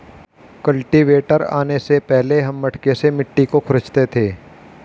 cultivator आने से पहले हम मटके से मिट्टी को खुरंचते थे